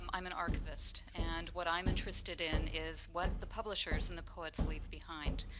um i'm an archivist and what i'm interested in is what the publishers and the poets leave behind.